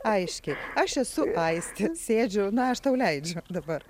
aiškiai aš esu aistė sėdžiu na aš tau leidžiu dabar